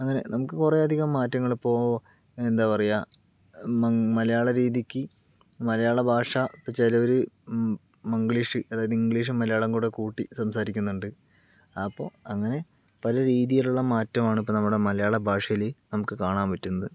അങ്ങനെ നമുക്ക് കുറെ അധികം മാറ്റങ്ങളിപ്പോൾ എന്താ പറയുക മ മലയാള രീതിക്ക് മലയാള ഭാഷ ഇപ്പം ചിലര് മ് മംഗ്ലീഷ് അത് ഇംഗ്ലീഷും മലയാളവും കൂടെ കൂട്ടി സംസാരിക്കുന്നുണ്ട് അപ്പൊൾ അങ്ങനെ പല രീതിയിലുള്ള മാറ്റമാണിപ്പോൾ നമ്മുടെ മലയാള ഭാഷയില് നമക്ക് കാണാൻ പറ്റുന്നത്